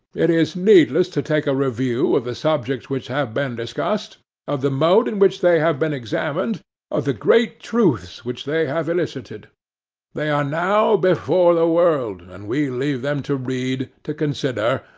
it is needless to take a review of the subjects which have been discussed of the mode in which they have been examined of the great truths which they have elicited they are now before the world, and we leave them to read, to consider,